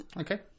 Okay